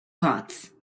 pots